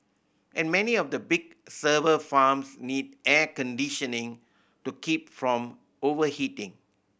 and many of the big server farms need air conditioning to keep from overheating